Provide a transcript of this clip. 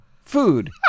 food